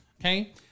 Okay